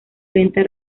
lenta